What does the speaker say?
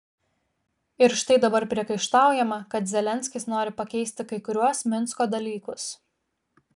ir štai dabar priekaištaujama kad zelenskis nori pakeisti kai kuriuos minsko dalykus